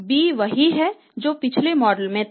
b वही है जो पिछले मॉडल में था